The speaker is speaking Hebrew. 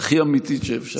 אמיתית שאפשר.